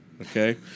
okay